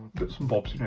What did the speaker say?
bits and bobs, you know,